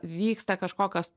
vyksta kažkokios